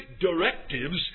directives